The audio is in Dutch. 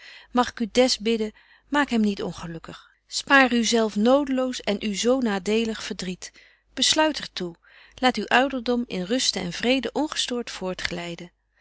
mag ik u des bidden maak hem niet ongelukkig spaar u zelf nodeloos en u zo nadelig verdriet besluit er toe laat uw ouderdom in ruste en vrede ongestoort